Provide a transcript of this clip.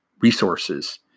resources